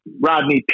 Rodney